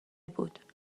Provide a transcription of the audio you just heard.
بود